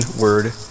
word